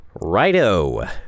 Righto